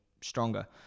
stronger